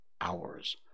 hours